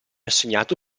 assegnato